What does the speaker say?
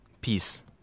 Peace